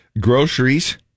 Groceries